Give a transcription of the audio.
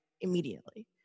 immediately